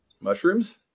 Mushrooms